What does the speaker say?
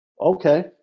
okay